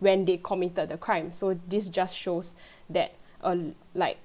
when they committed the crime so this just shows that err like